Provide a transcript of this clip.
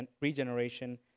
regeneration